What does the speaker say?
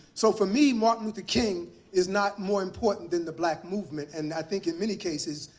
so for me, martin luther king is not more important than the black movement, and i think in many cases,